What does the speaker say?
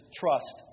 trust